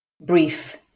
Brief